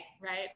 right